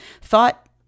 thought